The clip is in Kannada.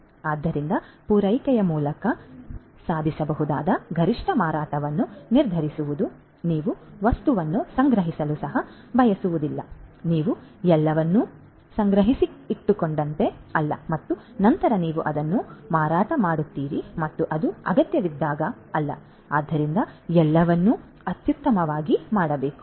ಆದ್ದರಿಂದ ಪೂರೈಕೆಯ ಮೂಲಕ ಸಾಧಿಸಬಹುದಾದ ಗರಿಷ್ಠ ಮಾರಾಟವನ್ನು ನಿರ್ಧರಿಸುವುದು ನೀವು ವಸ್ತುಗಳನ್ನು ಸಂಗ್ರಹಿಸಲು ಸಹ ಬಯಸುವುದಿಲ್ಲ ನೀವು ಎಲ್ಲವನ್ನೂ ಸಂಗ್ರಹಿಸಿಟ್ಟುಕೊಂಡಂತೆ ಅಲ್ಲ ಮತ್ತು ನಂತರ ನೀವು ಅದನ್ನು ಮಾರಾಟ ಮಾಡುತ್ತೀರಿ ಮತ್ತು ಅದು ಅಗತ್ಯವಿದ್ದಾಗ ಅಲ್ಲ ಆದ್ದರಿಂದ ಎಲ್ಲವನ್ನೂ ಅತ್ಯುತ್ತಮವಾಗಿ ಮಾಡಬೇಕು